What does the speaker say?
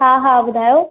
हा हा ॿुधायो